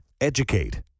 educate